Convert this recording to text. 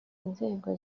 inzego